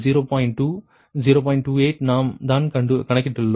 28 நாம் தான் கணக்கிட்டுள்ளோம்